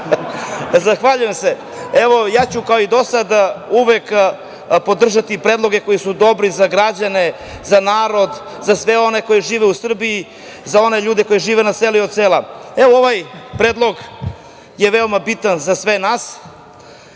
podrazumeva. Zahvaljujem se. Ja ću, kao i do sada, uvek podržati predloge koji su dobri za građane, za narod, za sve one koji žive u Srbiji, za one ljude koji žive na selu i od sela. Ovaj predlog je veoma bitan za sve nas